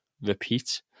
repeat